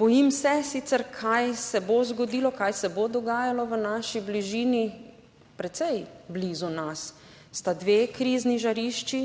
Bojim se sicer, kaj se bo zgodilo, kaj se bo dogajalo v naši bližini. Precej blizu nas sta dve krizni žarišči.